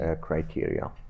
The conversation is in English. criteria